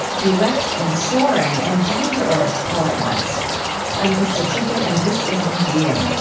direct and soaring and down-to-earth all at once i'm krista tippett, and this is on being.